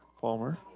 Palmer